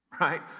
right